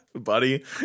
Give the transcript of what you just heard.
buddy